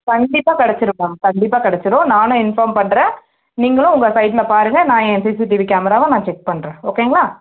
கண்டிப்பாக கிடைச்சிரும் மேம் கண்டிப்பாக கிடைச்சிரும் நானும் இன்ஃபார்ம் பண்ணுறேன் நீங்களும் உங்கள் சைடில் பாருங்க நான் ஏன் சிசிடிவி கேமராவை நான் செக் பண்ணுறேன் ஓகேங்களா